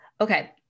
Okay